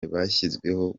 bwashyizweho